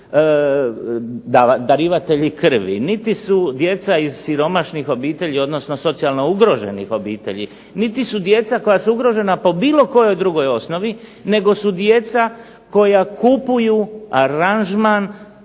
niti su darivatelji krvi, niti su djeca iz siromašnih obitelji, odnosno socijalno ugroženih obitelji, niti su djeca koja su ugrožena po bilo kojoj drugoj osnovi nego su djeca koja kupuju aranžman